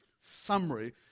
summary